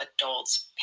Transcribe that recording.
adults